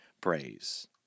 praise